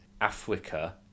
Africa